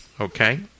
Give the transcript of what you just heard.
okay